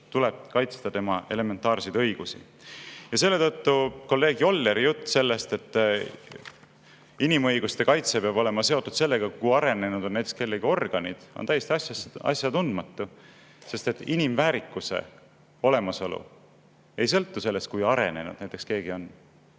tuleb kaitsta tema elementaarseid õigusi. Ja selle tõttu kolleeg Jolleri jutt sellest, et inimõiguste kaitse peab olema seotud sellega, kui arenenud on kellegi organid, on täiesti asjatundmatu. Inimväärikuse olemasolu ei sõltu sellest, kui arenenud keegi on.